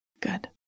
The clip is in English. Good